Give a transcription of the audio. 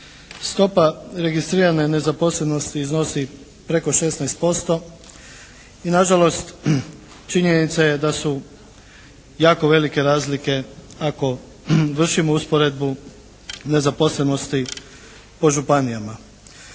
Stopa registrirane nezaposlenosti iznosi preko 16% i nažalost činjenica je da su jako velike razlike ako vršimo usporedbu nezaposlenosti po županijama.